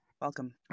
Welcome